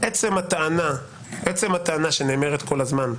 עצם הטענה שנאמרת כל הזמן,